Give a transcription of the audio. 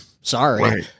Sorry